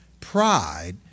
pride